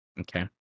Okay